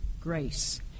grace